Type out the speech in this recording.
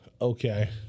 Okay